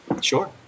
sure